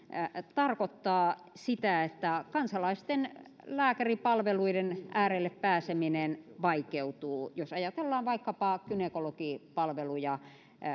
tarkoittaa sitä että kansalaisten lääkäripalveluiden äärelle pääseminen vaikeutuu jos ajatellaan vaikkapa gynekologipalveluja